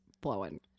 blowing